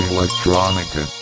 Electronica